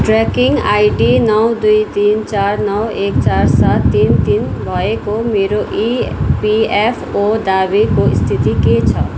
tracking ID नौ दुई तिन चार नौ एक चार सात तिन तिन भएको मेरो ई पी एफ ओ दावीको स्थिति के छ